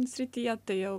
srityje tai jau